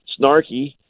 snarky